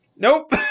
Nope